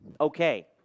okay